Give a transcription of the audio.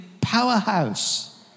powerhouse